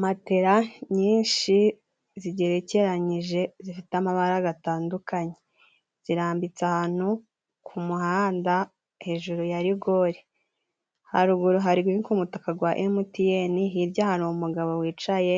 Matela nyinshi zigerekeranyije zifite amabara gatandukanye zirambitse ahantu ku muhanda hejuru ya rigore, haruguru hari k' umutaka gwa emutiyeni hirya hari umugabo wicaye